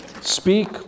Speak